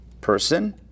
person